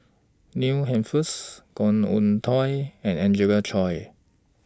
Neil Humphreys Khoo Oon Teik and Angelina Choy